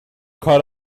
کار